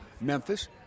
Memphis